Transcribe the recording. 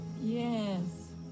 Yes